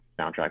soundtrack